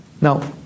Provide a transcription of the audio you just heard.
now